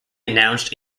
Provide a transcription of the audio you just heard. announced